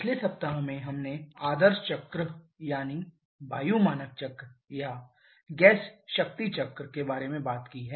पिछले सप्ताह में हमने आदर्श चक्र यानी वायु मानक चक्र या गैस शक्ति चक्र के बारे में बात की है